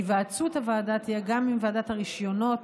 היוועצות הוועדה תהיה גם עם ועדת הרישיונות,